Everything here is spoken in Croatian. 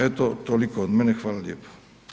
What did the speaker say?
Eto toliko od mene, hvala lijepa.